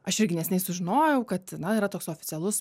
aš irgi neseniai sužinojau kad na yra toks oficialus